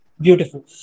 beautiful